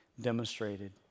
demonstrated